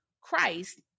Christ